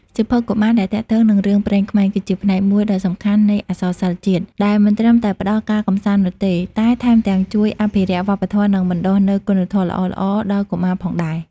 សៀវភៅកុមារដែលទាក់ទងនឹងរឿងព្រេងខ្មែរ គឺជាផ្នែកមួយដ៏សំខាន់នៃអក្សរសិល្ប៍ជាតិ ដែលមិនត្រឹមតែផ្ដល់ការកម្សាន្តនោះទេ តែថែមទាំងជួយអភិរក្សវប្បធម៌ និងបណ្ដុះនូវគុណធម៌ល្អៗដល់កុមារផងដែរ។